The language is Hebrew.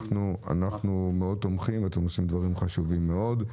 אנחנו מאוד תומכים, ואתם עושים דברים חשובים מאוד.